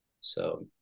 So-